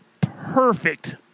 perfect